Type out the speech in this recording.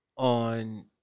on